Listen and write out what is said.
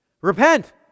Repent